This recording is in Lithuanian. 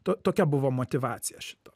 to tokia buvo motyvacija šito